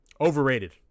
Overrated